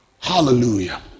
hallelujah